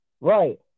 Right